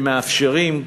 שמאפשרים,